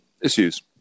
issues